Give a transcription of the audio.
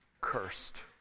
cursed